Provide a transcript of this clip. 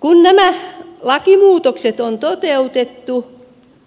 kun nämä lakimuutokset on toteutettu